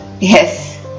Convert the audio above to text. Yes